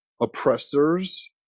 oppressors